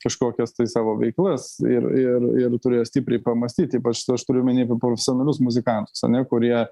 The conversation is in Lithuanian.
kažkokias tai savo veiklas ir ir ir turėjo stipriai pamąstyt ypač aš turiu omeny apie profesionalius muzikantus ane kurie